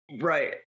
Right